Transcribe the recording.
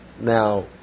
Now